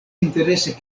interese